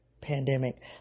pandemic